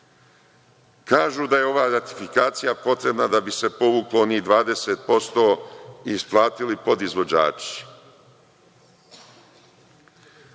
Kažu da je ova ratifikacija potrebna da bi se povuklo onih 20% i isplatili podizvođači. Ubacićete